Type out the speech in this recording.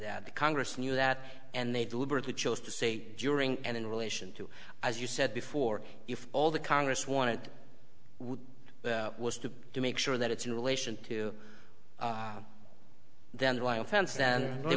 that congress knew that and they deliberately chose to say during and in relation to as you said before if all the congress wanted was to to make sure that it's in relation to